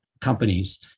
companies